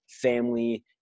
family